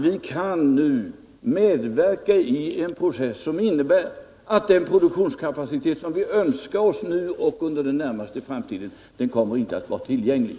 Vi kan nu medverka i en process som innebär att den produktionskapacitet som vi önskar oss nu och under den närmaste framtiden inte kommer att vara tillgänglig.